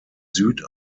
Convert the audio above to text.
süd